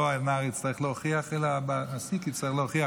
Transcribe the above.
לא הנער יצטרך להוכיח אלא המעסיק יצטרך להוכיח